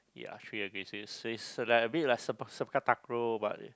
ya a bit like but